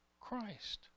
Christ